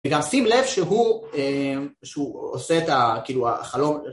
וגם שים לב שהוא אא שהוא עושה גם את החלום.